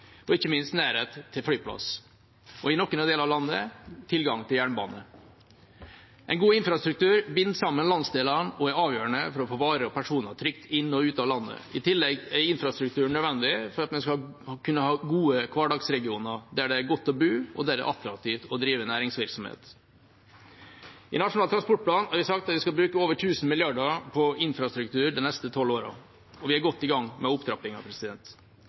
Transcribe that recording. og ikke minst nærhet til flyplass – og i noen deler av landet tilgang til jernbane. En god infrastruktur binder sammen landsdelene og er avgjørende for å få varer og personer trygt inn og ut av landet. I tillegg er infrastrukturen nødvendig for at vi skal kunne ha gode hverdagsregioner, der det er godt å bo, og der det er attraktivt å drive næringsvirksomhet. I Nasjonal transportplan har vi sagt at vi skal bruke over 1 000 mrd. kr på infrastruktur de neste 12 årene, og vi er godt i gang med